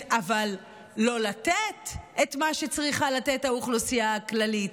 אבל לא לתת את מה שצריכה לתת האוכלוסייה הכללית,